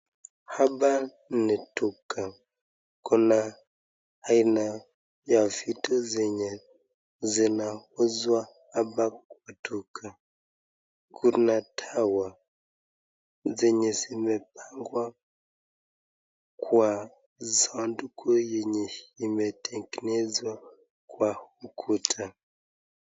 Hapa ni duka. Kuna aina ya vitu zenye zinauzwa hapa kwa duka. Kuna dawa zenye zimepangwa kwa sanduku yenye imetengenezwa kwa ukuta.